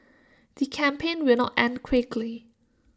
the campaign will not end quickly